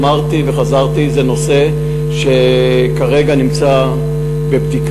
אמרתי וחזרתי שזה נושא שכרגע נמצא בבדיקה,